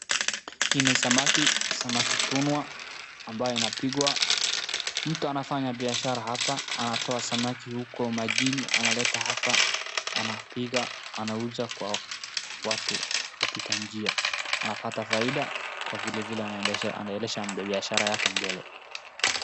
Hii ni samaki, samaki tunwa ambaye inapigwa. Mtu anafanya biashara hapa. Anatoa samaki huko majini analeta hapa, anapiga anauza kwa watu wapitanjia. Anapata faida kwa vilevile anaendesha biashara yake mbele.